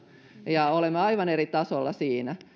ja olemme aivan eri tasolla siinä